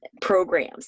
programs